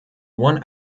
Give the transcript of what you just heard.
one